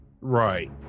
Right